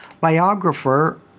biographer